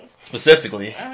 specifically